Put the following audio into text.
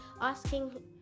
asking